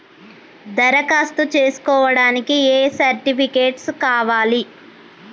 దరఖాస్తు చేస్కోవడానికి ఏ సర్టిఫికేట్స్ కావాలి?